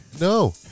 No